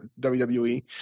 WWE